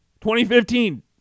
2015